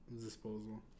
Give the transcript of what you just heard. Disposal